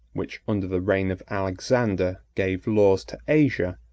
which, under the reign of alexander, gave laws to asia,